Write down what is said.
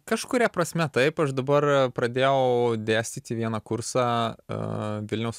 kažkuria prasme taip aš dabar pradėjau dėstyti vieną kursą vilniaus